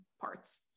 parts